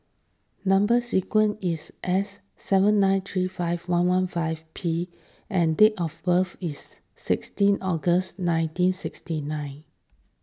Number Sequence is S seven nine three five one one five P and date of birth is sixteenth August nineteen sixty nine